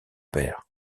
père